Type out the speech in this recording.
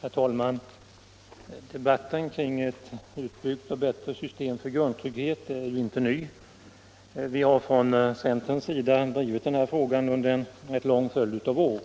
Herr talman! Debatten kring ett utbyggt och bättre system för grundtrygghet är inte ny. Vi har från centerns sida drivit den här frågan under en lång följd av år.